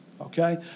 Okay